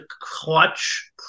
clutch